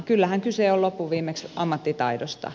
kyllähän kyse on loppuviimeksi ammattitaidosta